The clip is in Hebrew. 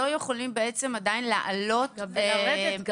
בעצם עדיין לא יכולים לעלות לאוטובוס